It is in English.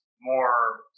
more